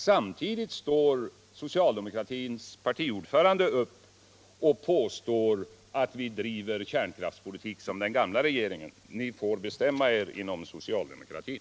Samtidigt påstår socialdemokraternas partiordförande att vi driver samma kärnkraftspolitik som den gamla regeringen. Ni får bestämma er inom socialdemokratin!